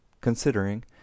considering